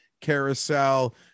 carousel